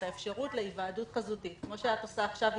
את האפשרות להיוועדות חזותית כמו שאת עושה עכשיו איתנו.